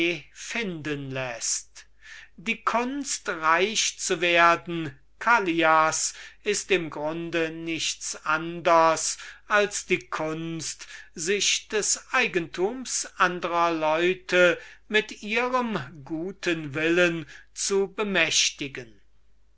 finden läßt die kunst reich zu werden callias ist im grunde nichts anders als die kunst sich des eigentums andrer leute mit ihrem guten willen zu bemächtigen